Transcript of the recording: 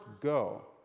go